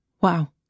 Wow